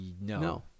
No